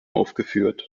aufgeführt